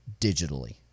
digitally